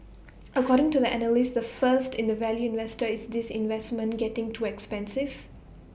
according to the analyst the first in the value investor is this investment getting too expensive